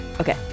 Okay